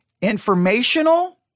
informational